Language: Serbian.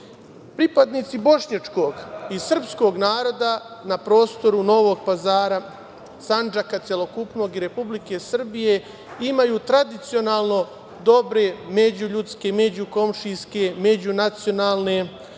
motivi. Pripadnici bošnjačkog i srpskog naroda na prostoru Novog Pazara, Sandžaka celokupnog i Republike Srbije imaju tradicionalno dobre međuljudske, međukomšijske, međunacionalne